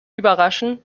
überraschen